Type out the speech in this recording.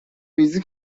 ریزی